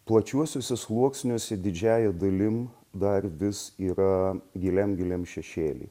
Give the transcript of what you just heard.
plačiuosiuose sluoksniuose didžiąja dalim dar vis yra giliam giliam šešėly